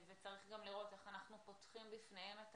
צריך גם לראות איך אנחנו פותחים בפניהם את